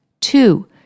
Two